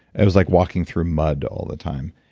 it was like walking through mud all the time,